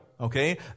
Okay